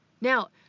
Now